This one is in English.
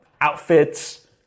outfits